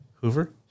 Hoover